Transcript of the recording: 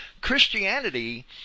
Christianity